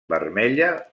vermella